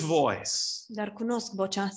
voice